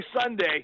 Sunday